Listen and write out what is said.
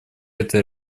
этой